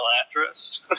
actress